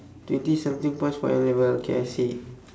twenty something points for N-level K I see